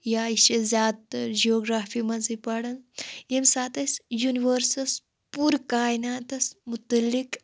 یا یہِ چھِ زیادٕ تَر جیوگرافی منٛزٕے پران ییٚمہِ ساتہٕ أسۍ یِوٚنِوٲرسَس پوٗرٕ کایِناتَس مُتعلِق